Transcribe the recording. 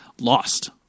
lost